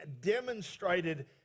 demonstrated